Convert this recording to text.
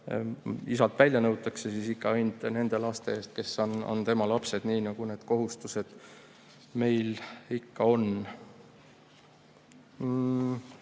[peab ta maksma] ikka ainult nende laste eest, kes on tema lapsed, nii nagu need kohustused meil ikka on.